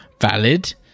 valid